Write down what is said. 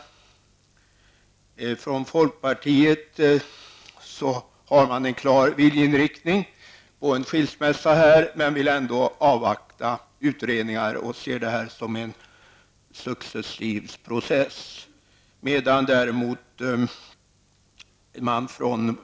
I folkpartiet har man en klar viljeinriktning. Man önskar en skilsmässa men vill ändå avvakta utredningar och ser detta som en successiv process.